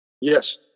yes